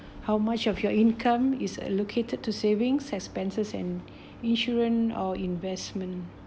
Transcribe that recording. how much of your income is allocated to savings expenses and insurance or investment